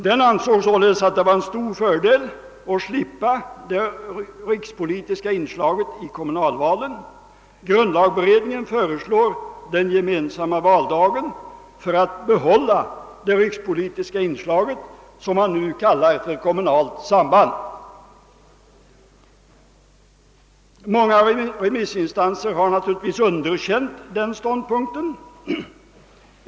Den ansåg således att det var en stor fördel att slippa det rikspolitiska inslaget i kommunalvalen. Grundlagberedningen föreslår den gemensamma valdagen för att behålla det rikspolitiska inslaget, som man nu kallar för kommunalt samband. Många remissinstanser har naturligtvis underkänt denna ståndpunkt.